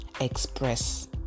express